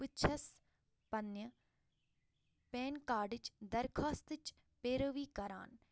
بہٕ چھَس پنٛنہِ پٮ۪ن کارڈٕچ درخواستٕچ پیروِی کَران